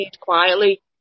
quietly